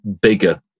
bigger